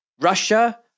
Russia